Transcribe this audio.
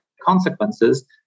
consequences